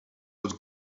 was